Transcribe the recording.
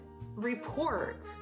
report